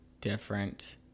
different